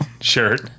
shirt